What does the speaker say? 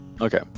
Okay